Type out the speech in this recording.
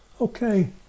Okay